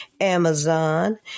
Amazon